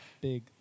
Big